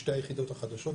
לשתי היחידות החדשות.